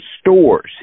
stores